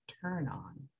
turn-on